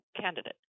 candidate